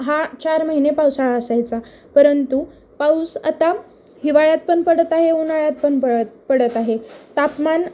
हा चार महिने पावसाळा असायचा परंतु पाऊस आता हिवाळ्यात पण पडत आहे उन्हाळ्यात पण पळत पडत आहे तापमान